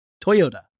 Toyota